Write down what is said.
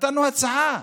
נתנו הצעה.